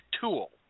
tool